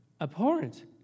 abhorrent